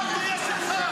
נא לשמור